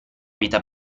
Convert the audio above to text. vita